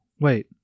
wait